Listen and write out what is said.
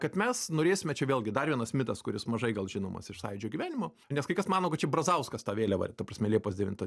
kad mes norėsime čia vėlgi dar vienas mitas kuris mažai gal žinomas iš sąjūdžio gyvenimo nes kai kas mano kad čia brazauskas tą vėliavą ta prasme liepos devintą